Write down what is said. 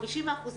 50%